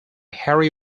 harry